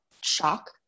shock